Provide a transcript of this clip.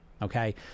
Okay